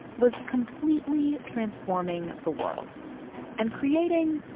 was completely transforming the world and creating,